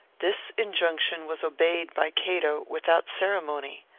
this injunction was obeyed by cato without ceremony.